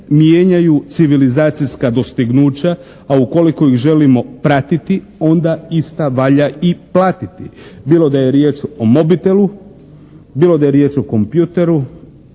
mijenjaju civilizacijska dostignuća, a ukoliko ih želimo pratiti onda ista valja i platiti bilo da je riječ o mobitelu, bilo da je riječ o kompjuteru.